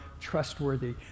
trustworthy